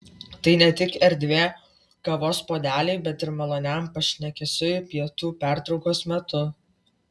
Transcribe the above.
tai ne tik erdvė kavos puodeliui bet ir maloniam pašnekesiui pietų pertraukos metu